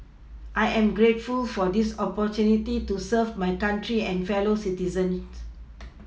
I am grateful for this opportunity to serve my country and fellow citizens